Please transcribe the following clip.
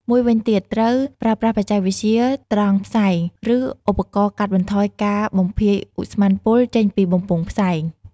មួយវិញទៀត ត្រូវប្រើប្រាស់បច្ចេកវិទ្យាត្រងផ្សែង ឬឧបករណ៍កាត់បន្ថយការបំភាយឧស្ម័នពុលចេញពីបំពង់ផ្សែង។